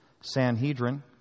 Sanhedrin